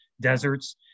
deserts